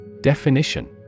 Definition